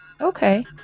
Okay